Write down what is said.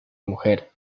mujer